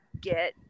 get